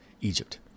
Egypt